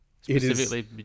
Specifically